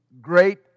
great